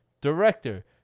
Director